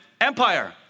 Empire